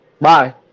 Bye